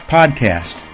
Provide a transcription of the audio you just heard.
Podcast